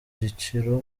giciro